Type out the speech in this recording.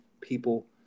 people